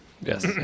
Yes